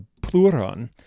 pluron